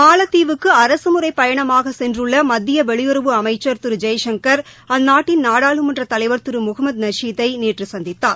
மாலத்தீவுக்கு அரசுமுறைப் பயணமாக சென்றுள்ள மத்திய வெளியுறவு அமைச்சர் திரு ஜெய்சங்கர் அந்நாட்டின் நாடாளுமன்றத் தலைவர் திரு முகமது நஷீத்தை நேற்று சந்தித்தார்